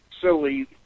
silly